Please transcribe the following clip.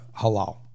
halal